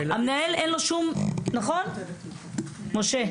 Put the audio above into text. נכון, משה?